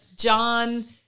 John